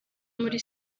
muri